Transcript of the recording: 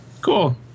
cool